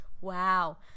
wow